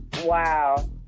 wow